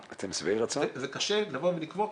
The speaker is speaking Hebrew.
זה קשה לקבוע,